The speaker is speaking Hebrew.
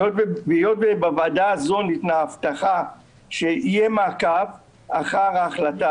היות שבוועדה הזאת ניתנה ההבטחה שיהיה מעקב אחרי ההחלטה